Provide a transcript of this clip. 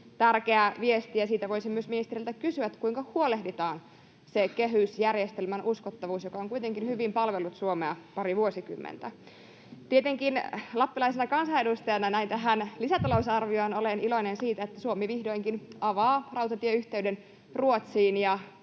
Hyvä!] Siitä voisin myös ministeriltä kysyä: kuinka huolehditaan sen kehysjärjestelmän uskottavuudesta, joka on kuitenkin hyvin palvellut Suomea pari vuosikymmentä? Tietenkin lappilaisena kansanedustajana tässä lisätalousarviossa olen iloinen siitä, että Suomi vihdoinkin avaa rautatieyhteyden Ruotsiin ja